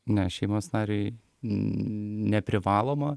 ne šeimos nariui neprivaloma